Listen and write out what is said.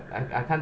I I can't